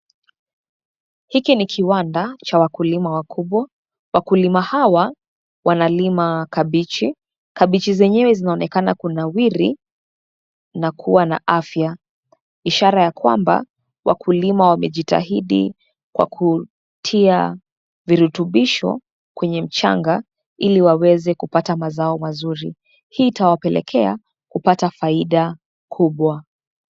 Hiki ni kiwanda cha wakulima wakubwa, wakulima hawa wanalima kabeji, kabeji zenyewe zinaonekana kunawiri na kuwa na afya. Ishara ya kwamba wakulima wamejitahidi kwa kutia virutubisho kwenye mchanga ili waweze kupata mazao mazuri, hii itawapelekea kupata faida kubwa.